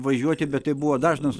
važiuoti bet tai buvo dažnas